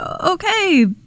okay